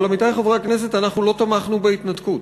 אבל, עמיתי חברי הכנסת, אנחנו לא תמכנו בהתנתקות.